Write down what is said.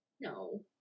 no